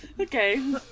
Okay